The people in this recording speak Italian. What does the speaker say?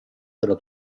della